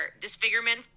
disfigurement